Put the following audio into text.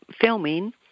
filming